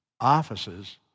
offices